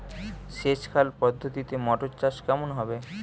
সেচ খাল পদ্ধতিতে মটর চাষ কেমন হবে?